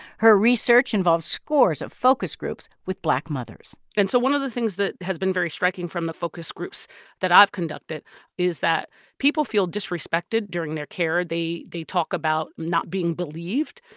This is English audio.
her research involves scores of focus groups with black mothers and so one of the things that has been very striking from the focus groups that i've conducted is that people feel disrespected during their care. they they talk about not being believed.